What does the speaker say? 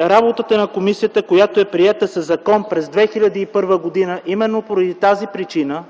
работата на комисията, която е приета със закон през 2001 г. именно поради тази причина